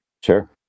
Sure